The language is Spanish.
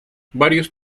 varios